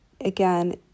Again